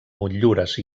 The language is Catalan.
motllures